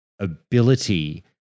Ability